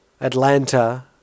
Atlanta